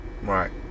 Right